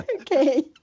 Okay